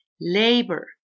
labor